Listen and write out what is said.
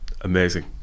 Amazing